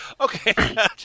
Okay